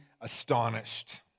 astonished